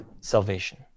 salvation